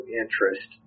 interest